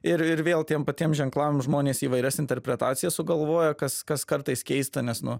ir ir vėl tiem patiem ženklam žmonės įvairias interpretacijas sugalvoja kas kas kartais keista nes nu